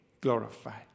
glorified